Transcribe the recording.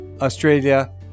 Australia